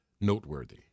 noteworthy